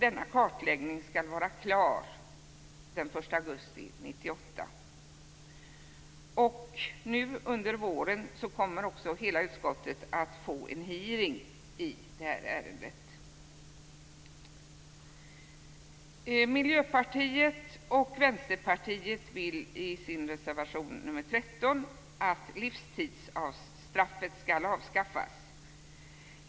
Denna kartläggning skall vara klar den 1 augusti 1998. Under våren kommer utskottet att genomföra en hearing i det här ärendet. Miljöpartiet och Vänsterpartiet anser i sin reservation nr 13 att livstidsstraffet bör avskaffas.